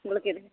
உங்களுக்கு எது